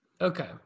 okay